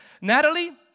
Natalie